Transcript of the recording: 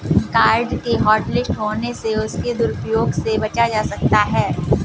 card के hotlist होने से उसके दुरूप्रयोग से बचा जा सकता है